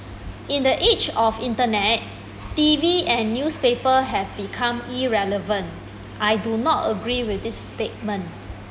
in the age of internet T_V and newspaper have become irrelevant I do not agree with this statement